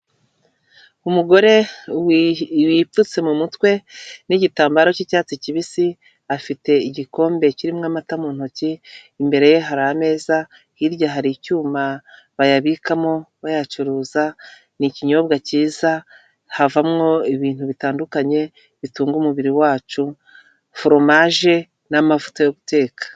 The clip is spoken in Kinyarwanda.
Umugore wipfutse mu mutwe n'igitambaro cy'icyatsi kibisi afite igikombe kirimo amata mu ntoki imbere ye hari ameza, hirya hari icyuma bayabikamo bayacuruza ni ikinyobwa cyiza havamo ibintu bitandukanye bitunga umubiri wacu foromaje n'amavuta yo guteka.